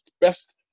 best